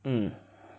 mm